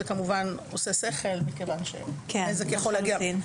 זה הגיוני מכיוון שנזק יכול להגיע מכל אחד.